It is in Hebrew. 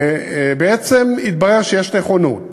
ובעצם התברר שיש נכונות.